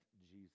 Jesus